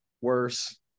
worse